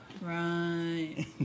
Right